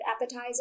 appetizer